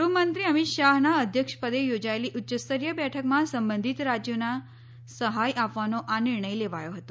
ગુહ્મંત્રી અમિત શાહનાં અધ્યક્ષપદે યોજાયલી ઉચ્યસ્તરીય બેઠકમાં સંબંધીત રાજ્યોને સહાય આપવાનો આ નિર્ણય લેવાયો હતો